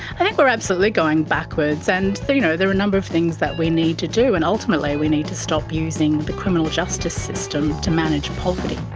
i think we're absolutely going backwards, and there you know there are a number of things that we need to do, and ultimately we need to stop using the criminal justice system to manage poverty.